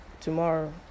tomorrow